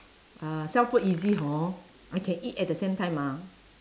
uh sell food easy hor I can eat at the same time ah